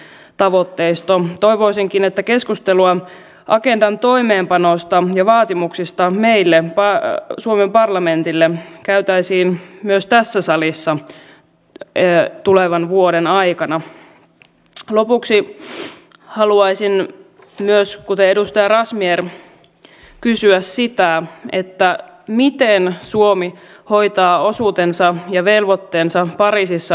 tämä hanke on siinä mielessä mielenkiintoinen että juuri tässä tilanteessa kun korot ovat negatiiviset ja suomen lainanottokyky on hyvä tällaisen erillisen infra oyn perustamisen kautta valtio voisi toimia merkittävien isojen investointien käynnistäjänä jolloin työtä syntyisi laajalti koko maahan ja erityisesti sellaisia investointeja joiden vaikutukset voivat olla satakin vuotta meidän inframme hyväksi